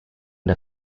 der